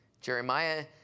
Jeremiah